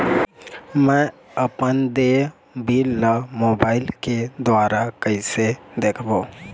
मैं अपन देय बिल ला मोबाइल के द्वारा कइसे देखबों?